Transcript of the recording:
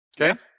Okay